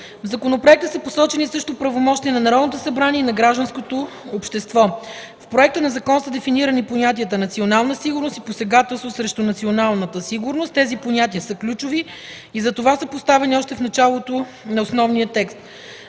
законопроекта са посочени също правомощия на Народното събрание и на гражданското общество. В проекта на закон са дефинирани понятията „национална сигурност” и „посегателство срещу националната сигурност”. Тези понятия са ключови и затова са поставени още в началото на основния текст.